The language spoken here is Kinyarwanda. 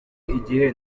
igihe